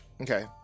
Okay